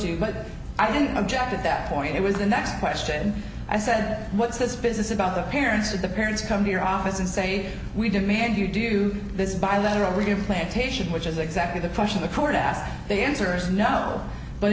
to but i didn't object at that point it was the next question i said what's this business about the parents of the parents come to your office and say we demand you do this bilateral review plantation which is exactly the question the court asked the answer is no but